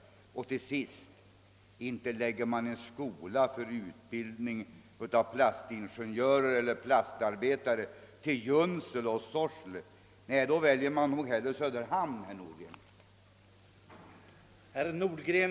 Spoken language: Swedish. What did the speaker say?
Till sist vill jag säga till herr Nordgren ait inte lägger man en skola för utbildning av plastingenjörer eller plastarbetare till Junsele eller Sorsele. Nej, då väljer man nog hellre Söderhamn, herr Nordgren.